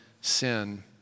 sin